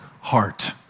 heart